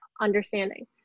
understanding